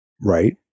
right